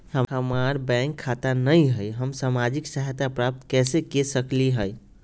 हमार बैंक खाता नई हई, हम सामाजिक सहायता प्राप्त कैसे के सकली हई?